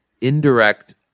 indirect